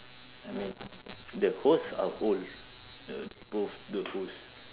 I mean the hosts are old the both the hosts